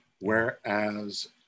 whereas